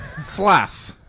Slash